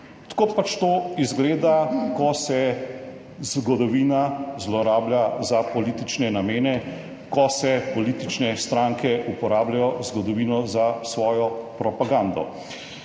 Tako pač to izgleda, ko se zgodovina zlorablja za politične namene, ko politične stranke uporabljajo zgodovino za svojo propagando.